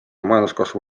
majanduskasvu